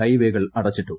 ഹൈവേകൾ അടച്ചിട്ടു